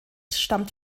stammt